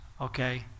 okay